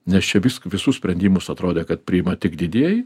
nes čia viską visus sprendimus atrodė kad priima tik didieji